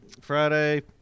Friday